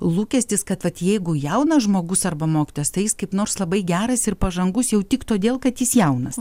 lūkestis kad vat jeigu jaunas žmogus arba mokytojas tai jis kaip nors labai geras ir pažangus jau tik todėl kad jis jaunas